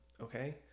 Okay